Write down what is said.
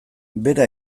bera